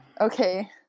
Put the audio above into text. Okay